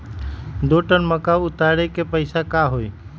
दो टन मक्का उतारे के पैसा का होई?